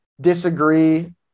disagree